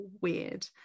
weird